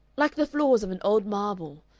like the flaws of an old marble.